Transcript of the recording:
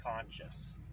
conscious